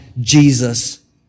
Jesus